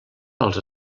els